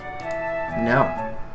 No